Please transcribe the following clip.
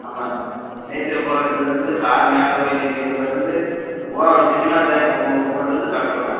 ஆமாம்ங்க நீச்சல் குளத்துலயிருந்து கார் மேலே நிக்கறதுலருந்து சினிமா தியேட்டர் முதக்கொண்டு கட்டறோங்க